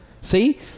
See